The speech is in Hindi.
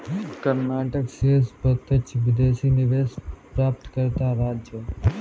कर्नाटक शीर्ष प्रत्यक्ष विदेशी निवेश प्राप्तकर्ता राज्य है